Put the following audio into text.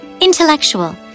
intellectual